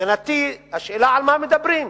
מבחינתי השאלה היא על מה מדברים.